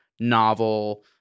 novel